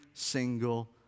single